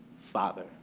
Father